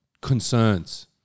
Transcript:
concerns